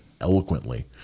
eloquently